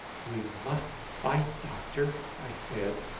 we must fight, doctor! i said,